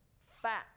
fat